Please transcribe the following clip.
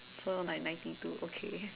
so ni~ ninety two okay